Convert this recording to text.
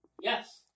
Yes